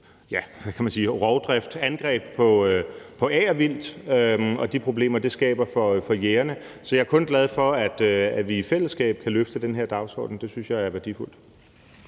meget intensive rovdrift eller angreb på agervildt og de problemer, det skaber for jægerne, så jeg er kun glad for, at vi i fællesskab kan løfte den her dagsorden. Det synes jeg er værdifuldt.